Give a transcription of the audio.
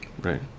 Right